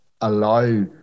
allow